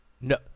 No